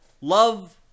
love